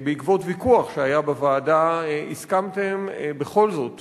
בעקבות ויכוח שהיה בוועדה, הסכמתם בכל זאת